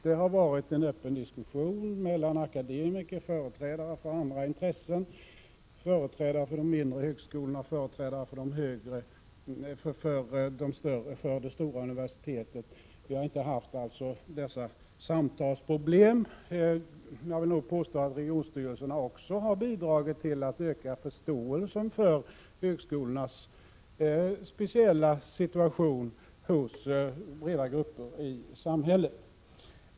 Det har varit en öppen diskussion mellan akademiker, företrädare för andra intressen, företrädare för de mindre högskolorna och företrädare för det stora universitetet. Vi har inte haft samtalsproblem. Jag vill påstå att regionstyrelserna också har bidragit till att öka förståelsen för högskolornas speciella situation hos breda grupper i samhället.